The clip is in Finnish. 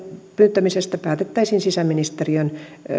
pyytämisestä päätettäisiin sisäministeriön